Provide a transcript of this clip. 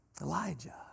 Elijah